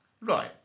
Right